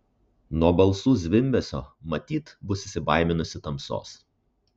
nuo balsų zvimbesio matyt bus įsibaiminusi tamsos